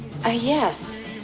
Yes